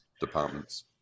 departments